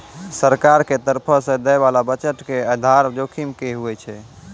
सरकार के तरफो से दै बाला बजट के आधार जोखिम कि होय छै?